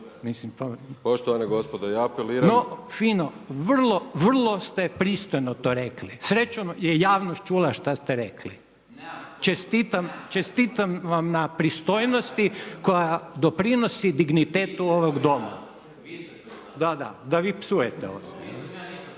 šta hoćete? Mislim. No, fino, vrlo ste pristojno to rekli, srećom je javnost čula šta ste rekli. Čestitam vam na pristojnosti koja pridonosi dignitetu ovog Doma. …/Upadica se ne